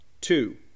two